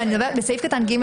בסעיף קטן (ג),